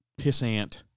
pissant